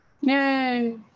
Yay